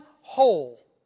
whole